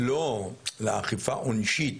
לא, לאכיפה עונשית,